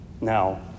Now